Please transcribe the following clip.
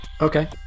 Okay